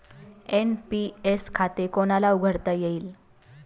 NPS खाते कोणाला उघडता येईल?